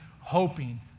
hoping